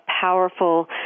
powerful